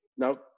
Now